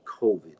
COVID